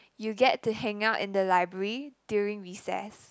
you get to hang out in the library during recess